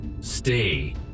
Stay